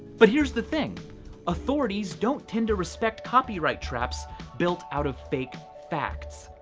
but here's the thing authorities don't tend to respect copyright traps built out of fake facts.